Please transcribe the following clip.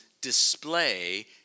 display